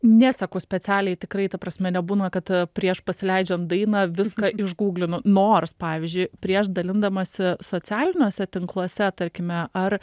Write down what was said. neseku specialiai tikrai ta prasme nebūna kad prieš pasileidžiant dainą viską išgūglinu nors pavyzdžiui prieš dalindamasi socialiniuose tinkluose tarkime ar